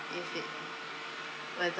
if it whether